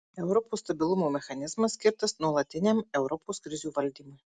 europos stabilumo mechanizmas skirtas nuolatiniam europos krizių valdymui